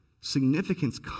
significance